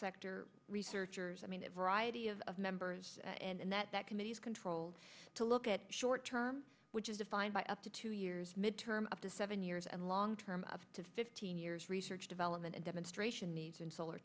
sector researchers i mean variety of members and that committee is controlled to look at short term which is defined by up to two years mid term up to seven years and long term up to fifteen years research development and demonstration needs and solar